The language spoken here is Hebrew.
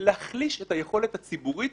להחליש את היכולת הציבורית